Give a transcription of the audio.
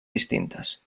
distintes